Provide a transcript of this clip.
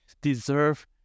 deserve